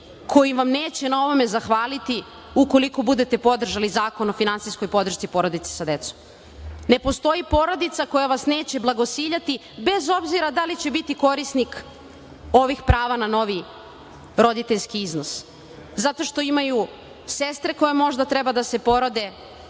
koji vam neće na ovome zahvaliti ukoliko budete podržali Zakon o finansijskoj porodici sa decom. Ne postoji porodica koja vas neće blagosiljati, bez obzira da li će biti korisnik ovih prava na novi roditeljski iznos, zato što imaju sestre koje možda treba da se porode,